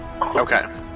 okay